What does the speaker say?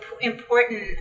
important